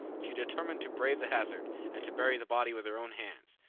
she determined to brave the hazard, and to bury the body with her own hands.